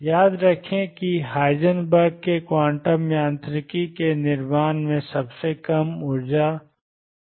याद रखें कि हाइजेनबर्ग के क्वांटम यांत्रिकी के निर्माण में सबसे कम ऊर्जा भी ℏω2 थी